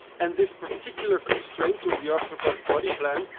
and this particular constraint to the arthropod body plan,